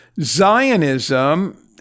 Zionism